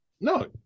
No